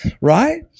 Right